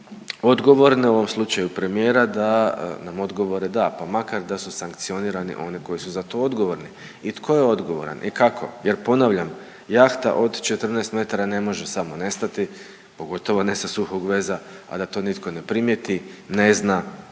odgovorne, u ovom slučaju premijera, da nam odgovore da, pa makar da su sankcionirani oni koji su za to odgovorni i tko je odgovoran i kako jer ponavljam, jahta od 14 metara ne može samo nestati, pogotovo ne sa suhog veza, a da to nitko ne primijeti, ne zna, dakle